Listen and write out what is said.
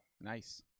Nice